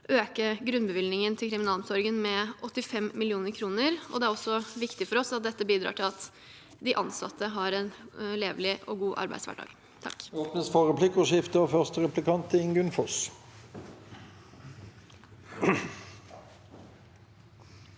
øke grunnbevilgningen til kriminalomsorgen med 85 mill. kr. Det er viktig for oss at dette også bidrar til at de ansatte har en levelig og god arbeidshverdag.